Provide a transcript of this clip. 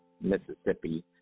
Mississippi